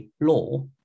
law